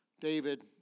David